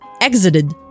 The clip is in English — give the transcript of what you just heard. exited